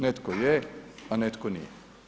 Netko je, a netko nije.